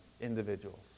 individuals